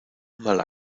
mal